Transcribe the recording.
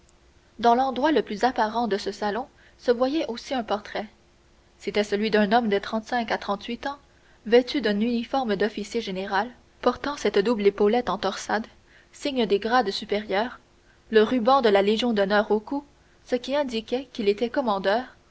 dans l'endroit le plus apparent de ce salon se voyait aussi un portrait c'était celui d'un homme de trente-cinq à trente-huit ans vêtu d'un uniforme d'officier général portant cette double épaulette en torsade signe des grades supérieurs le ruban de la légion d'honneur au cou ce qui indiquait qu'il était commandeur